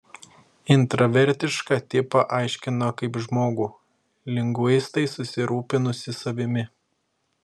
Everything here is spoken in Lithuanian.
intravertišką tipą aiškino kaip žmogų liguistai susirūpinusį savimi